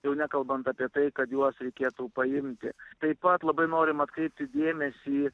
jau nekalbant apie tai kad juos reikėtų paimti taip pat labai norim atkreipti dėmesį